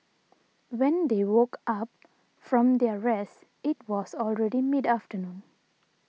when they woke up from their rest it was already mid afternoon